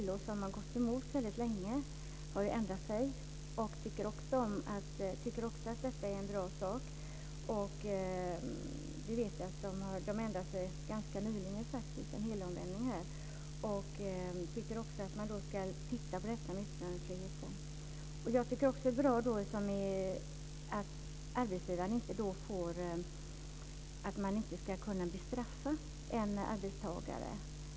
LO har gått emot det länge men har nu ändrat sig och tycker också att det är en bra sak. LO ändrade sig ganska nyligen och gjorde en helomvändning. LO tycker också att man ska se över yttrandefriheten. Det är bra att arbetsgivaren inte ska kunna bestraffa en arbetstagare.